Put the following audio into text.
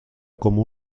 cómo